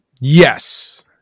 Yes